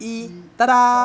一 stop